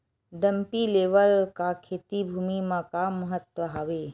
Dumpy level का खेती भुमि म का महत्व हावे?